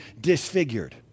disfigured